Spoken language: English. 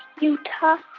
utah.